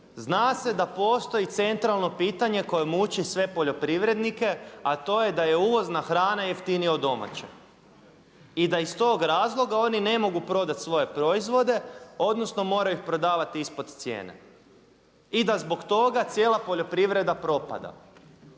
zna se da postoji centralno pitanje koje muči sve poljoprivrednike a to je da je uvozna hrana jeftinija od domaće i da iz tog razloga oni ne mogu prodavati svoje proizvode odnosno moraju ih prodavati ispod cijene. I da zbog toga cijela poljoprivreda propada.